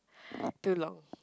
too long